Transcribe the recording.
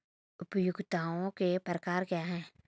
उपयोगिताओं के प्रकार क्या हैं?